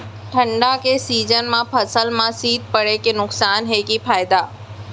ठंडा के सीजन मा फसल मा शीत पड़े के नुकसान हे कि फायदा?